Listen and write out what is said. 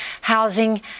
housing